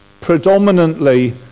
predominantly